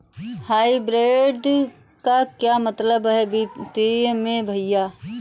Hybrid का क्या मतलब है वित्तीय में भैया?